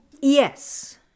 Yes